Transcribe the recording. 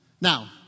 Now